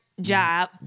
job